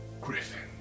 Griffin